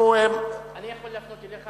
אני יכול להפנות אליך